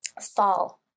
fall